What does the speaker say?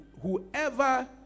whoever